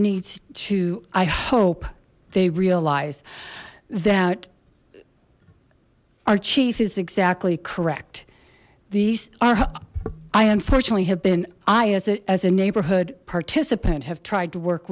needs to i hope they realize that our chief is exactly correct these are i unfortunately have been i as a neighborhood participant have tried to work